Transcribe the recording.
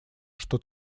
что